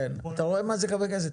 אתה רואה מה זה חברי כנסת?